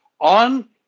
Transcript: on